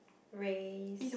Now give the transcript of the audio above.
race